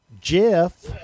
Jeff